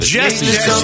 Jesse